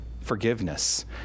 forgiveness